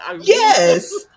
Yes